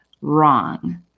wrong